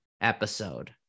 episode